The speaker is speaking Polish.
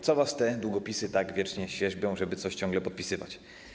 Co was te długopisy tak wiecznie świerzbią, żeby coś ciągle podpisywać?